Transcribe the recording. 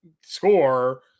score